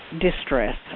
distress